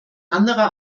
anderer